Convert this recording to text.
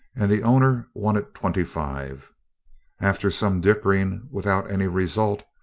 and the owner wanted twenty-five. after some dickering without any result,